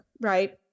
Right